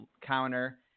counter